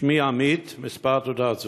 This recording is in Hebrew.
שמי עמית, מספר תעודת זהות,